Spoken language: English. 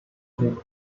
blake